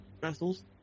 vessels